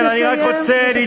חבר הכנסת זאב, אני מבקשת שתסיים.